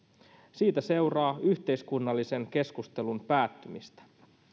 siitä seuraa yhteiskunnallisen keskustelun päättymistä